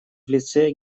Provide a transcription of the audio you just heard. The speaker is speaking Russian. лице